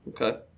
Okay